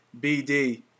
BD